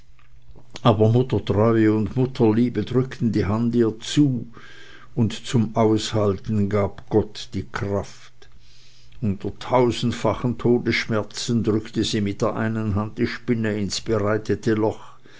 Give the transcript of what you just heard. aber muttertreue und mutterliebe drückten die hand ihr zu und zum aushalten gab gott die kraft unter tausendfachen todesschmerzen drückte sie mit der einen hand die spinne ins bereitete loch